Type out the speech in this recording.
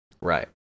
Right